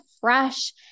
fresh